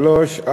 שלושה,